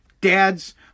Dads